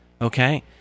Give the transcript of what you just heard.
okay